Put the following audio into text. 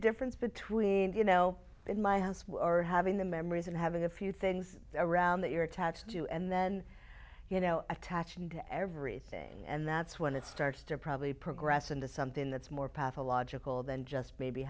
difference between you know in my house were having the memories and having a few things around that you're attached to and then you know attaching to everything and that's when it starts to probably progress into something that's more pathological than just maybe